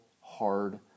hard